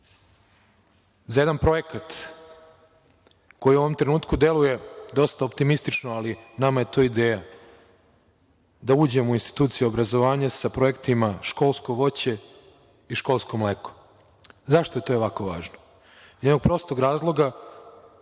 za jedan projekat, koji u ovom trenutku deluje dosta optimistično, ali nama je to ideja, da uđemo u institucije obrazovanja sa projektima – školsko voće i školsko mleko.Zašto je to jako važno? Iz prostog razloga